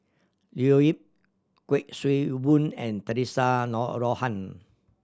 Leo Yip Kuik Swee Boon and Theresa Noronha